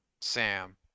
sam